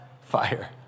fire